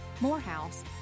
Morehouse